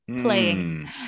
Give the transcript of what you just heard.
playing